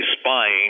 spying